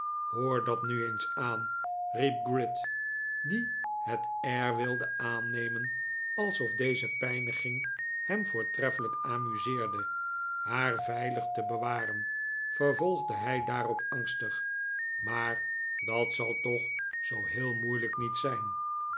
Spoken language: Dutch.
hoor dat nu eens aan riep gride die het air wilde aannemen alsof deze pijniging hem voortreffelijk amuseerde haar veilig te bewaren vervolgde hij daarop angstig maar dat zal toch zoo heel moeilijk niet zijn